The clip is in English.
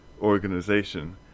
organization